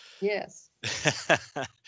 Yes